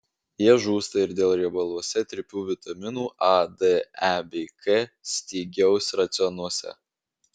jie žūsta ir dėl riebaluose tirpių vitaminų a d e bei k stygiaus racionuose